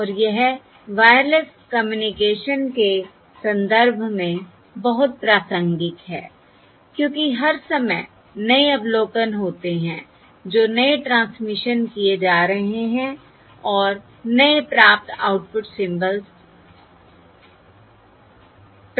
और यह wireless communication के संदर्भ में बहुत प्रासंगिक है क्योंकि हर समय नए अवलोकन होते हैं जो नए ट्रांसमिशन किए जा रहे हैं और नए प्राप्त आउटपुट सिम्बल्स प्राप्त कर रहे हैं